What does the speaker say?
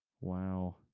wow